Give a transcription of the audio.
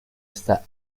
esta